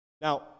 Now